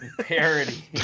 Parody